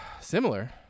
Similar